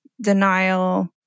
denial